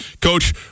Coach